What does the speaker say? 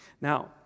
Now